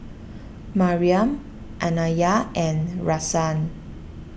Mariam Anaya and Rahsaan